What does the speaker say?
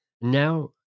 Now